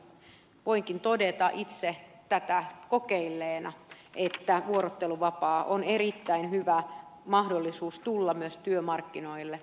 voinkin todeta itse tätä kokeilleena että vuorotteluvapaa on myös erittäin hyvä mahdollisuus tulla työmarkkinoille